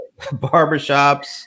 barbershops